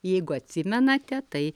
jeigu atsimenate tai